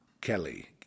Kelly